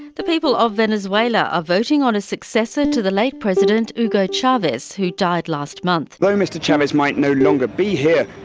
the people of venezuela are voting on a successor to the late president hugo chavez, who died last month. though mr chavez might no longer be here,